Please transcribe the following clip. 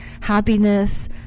happiness